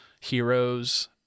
Heroes